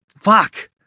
Fuck